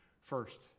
First